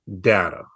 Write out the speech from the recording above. data